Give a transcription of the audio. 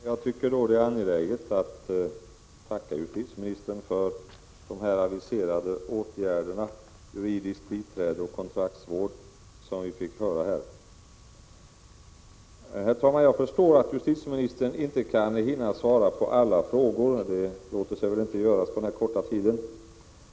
Herr talman! Jag tycker det är angeläget att tacka justitieministern för de aviserade åtgärderna när det gäller juridiskt biträde och kontraktsvård som vi fick höra om här. Jag förstår, herr talman, att justitieministern inte kan hinna svara på alla frågor — det låter sig väl inte göras på den här korta tiden.